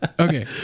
okay